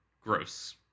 gross